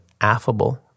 affable